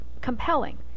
compelling